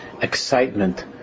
excitement